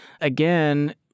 Again